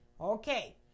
Okay